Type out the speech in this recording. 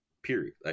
Period